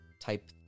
type